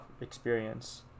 experience